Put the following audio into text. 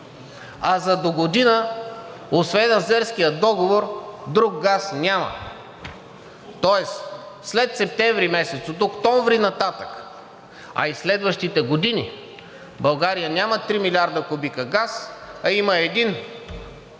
А за догодина освен азерския договор друг газ няма. Тоест след септември месец, от октомври нататък, а и следващите години България няма 3 милиарда кубика газ, а има 1 милиард кубика